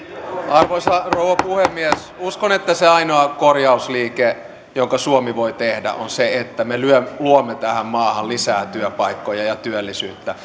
arvoisa rouva puhemies uskon että se ainoa korjausliike jonka suomi voi tehdä on se että me luomme luomme tähän maahan lisää työpaikkoja ja työllisyyttä